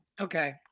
Okay